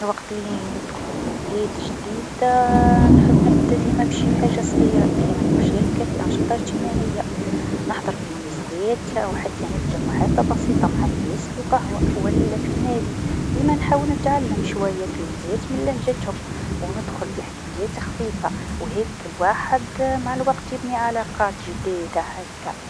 وقت اللي ندخل لبلاد جديده نحب نبدا ديمه بشي حاجه صغيره كيما المشاركه في أنشطة اجتماعيه، نحضر في المناسبات وحتى نبدا محادثة بسيطة مع الناس في قهوة ولا في النادي، ديمه نحاول نتعلم شوية كلمات من لهجتهم وندخل في حكايات خفيفة و هكه الواحد مع الوقت يبني علاقات جديده هكه.